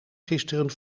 gisteren